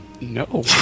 No